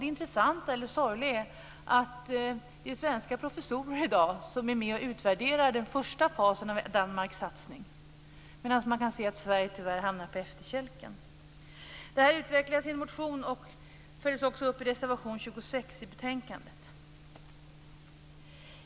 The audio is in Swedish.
Det intressanta - eller det sorgliga - är att det är svenska professorer som i dag är med och utvärderar den första fasen av Danmarks satsning, medan man kan se att Sverige tyvärr hamnar på efterkälken. Det har utvecklats i en motion och följs också upp i reservation 26 i betänkandet.